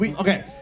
Okay